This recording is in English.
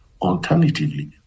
Alternatively